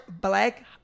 black